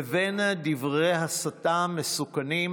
לבין דברי הסתה מסוכנים,